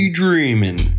dreaming